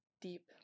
deep